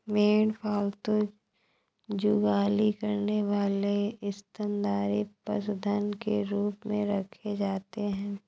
भेड़ पालतू जुगाली करने वाले स्तनधारी पशुधन के रूप में रखे जाते हैं